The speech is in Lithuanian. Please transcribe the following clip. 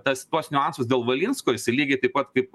tas tuos niuansus dėl valinsko jisai lygiai taip pat kaip